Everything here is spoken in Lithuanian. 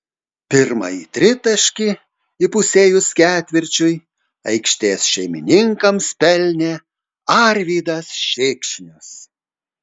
pirmąjį tritaškį įpusėjus ketvirčiui aikštės šeimininkams pelnė arvydas šikšnius